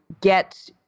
get